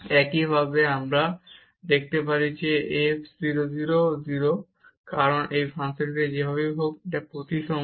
এবং একইভাবে আমরা দেখাতে পারি যে f 0 0 এও 0 কারণ এই ফাংশনটি যেভাবেই হোক প্রতিসম